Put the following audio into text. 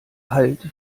hallt